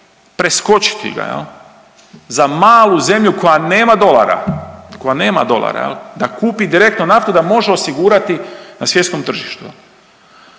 preskočiti ga, je li, za malu zemlju koja nema dolara, koja nema dolara, da kupi direktno naftu da može osigurati na svjetskom tržištu.